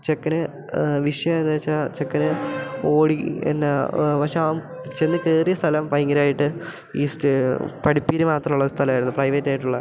ചെക്കന് വിഷയം അത് വെച്ചാൽ ചെക്കന് ഓടി എന്താ പക്ഷെ അവൻ ചെന്ന് കയറിയ സ്ഥലം ഭയങ്കരമായിട്ട് ഈസ്റ്റ് പഠിപ്പിൽ മാത്രമുള്ള സ്ഥലമായിരുന്നു പ്രൈവറ്റായിട്ടുള്ള